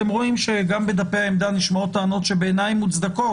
אתם רואים שגם בדפי העמדה נשמעות טענות שבעיני הן מוצדקות,